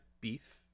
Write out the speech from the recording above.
beef